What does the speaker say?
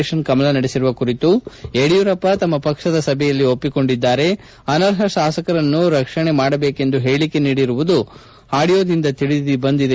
ಷನ್ ಕಮಲ ನಡೆಸಿರುವ ಕುರಿತು ಯಡಿಯೂರಪ್ಪ ತಮ್ಮ ಪಕ್ಷದ ಸಭೆಯಲ್ಲಿ ಒಪ್ಪಿಕೊಂಡಿದ್ದಾರೆ ಅನರ್ಹ ಶಾಸಕರನ್ನು ರಕ್ಷಣೆ ಮಾಡಬೇಕೆಂದು ಹೇಳಿಕೆ ನೀಡಿರುವುದು ಆಡಿಯೋದಿಂದ ತಿಳಿದೆ